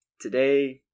today